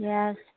Yes